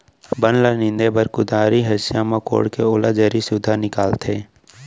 बन ल नींदे बर कुदारी, हँसिया म कोड़के ओला जरी सुद्धा निकालथें